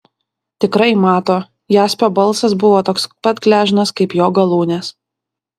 tikrai mato jaspio balsas buvo toks pat gležnas kaip jo galūnės